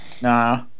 Nah